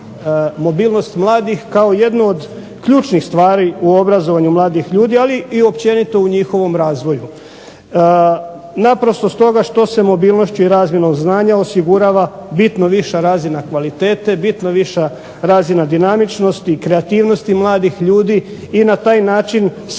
mobilnost mladih kao jednu od ključnih stvari u obrazovanju mladih ljudi ali i općenito u njihovom razvoju naprosto stoga što se mobilnošću i razmjenom znanja osigurava bitno viša razina kvalitete, bitno viša razina dinamičnosti i kreativnosti mladih ljudi i na taj način se